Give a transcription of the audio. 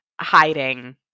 hiding